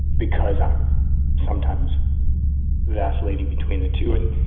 because i'm sometimes vacillating between the two. and,